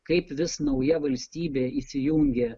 kaip vis nauja valstybė įsijungia